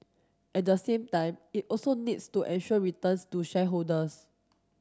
at the same time it also needs to ensure returns to shareholders